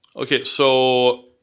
okay, so